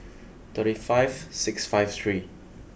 thirty five six five three